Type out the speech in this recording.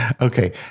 Okay